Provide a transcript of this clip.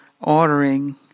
ordering